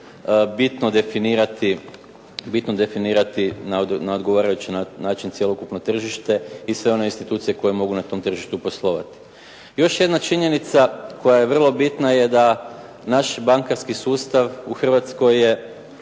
bitno definirati na odgovarajući način cjelokupno tržište i sve one institucije koje mogu na tom tržištu poslovati. Još jedna činjenica koja je vrlo bitna je da naš bankarski sustav u Hrvatskoj je